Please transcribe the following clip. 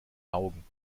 augen